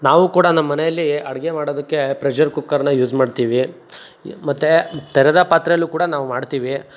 ನಾವು ಕೂಡ ನಮ್ಮ ಮನೇಲಿ ಅಡುಗೆ ಮಾಡೋದಕ್ಕೆ ಪ್ರೆಷರ್ ಕುಕ್ಕರ್ನ ಯೂಸ್ ಮಾಡ್ತೀವಿ ಮತ್ತೆ ತೆರೆದ ಪಾತ್ರೆಲೂ ಕೂಡ ನಾವು ಮಾಡ್ತೀವಿ